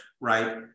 right